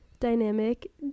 dynamic